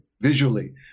visually